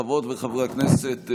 חברות וחברי הכנסת,